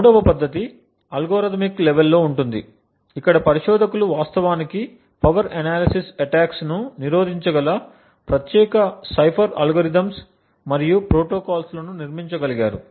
మూడవ పద్ధతి algorithmic level లో ఉంటుంది ఇక్కడ పరిశోధకులు వాస్తవానికి పవర్ అనాలిసిస్ అటాక్స్ ను నిరోధించగల ప్రత్యేక సైఫర్ అల్గోరిథమ్స్ మరియు ప్రోటోకాల్స్ లను నిర్మించగలిగారు